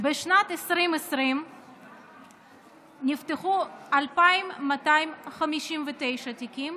בשנת 2020 נפתחו 2,259 תיקים,